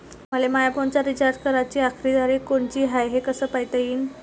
मले माया फोनचा रिचार्ज कराची आखरी तारीख कोनची हाय, हे कस पायता येईन?